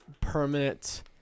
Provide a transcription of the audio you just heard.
permanent